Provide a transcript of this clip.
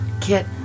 Kit